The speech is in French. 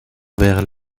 vers